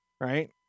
right